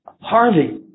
Harvey